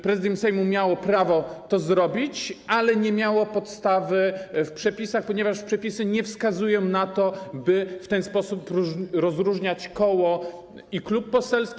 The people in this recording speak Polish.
Prezydium Sejmu miało prawo to zrobić, ale nie miało podstawy w przepisach, ponieważ przepisy nie wskazują na to, by w ten sposób rozróżniać koło i klub poselski.